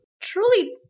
truly